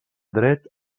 dret